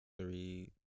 Three